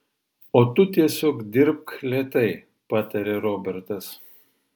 o tu tiesiog dirbk lėtai patarė robertas